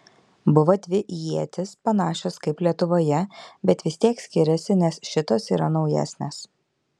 buvo dvi ietys panašios kaip lietuvoje bet vis tiek skiriasi nes šitos yra naujesnės